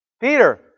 Peter